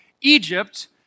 Egypt